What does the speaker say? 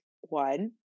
one